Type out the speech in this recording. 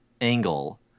angle